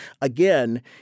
again